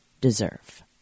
deserve